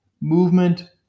movement